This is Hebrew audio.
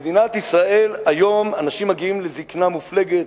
במדינת ישראל היום אנשים מגיעים לזיקנה מופלגת,